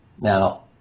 Now